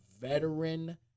veteran